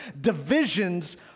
divisions